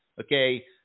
okay